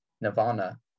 Nirvana